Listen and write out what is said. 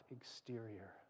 exterior